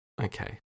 Okay